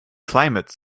climate